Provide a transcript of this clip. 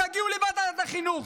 תגיעו לוועדת החינוך,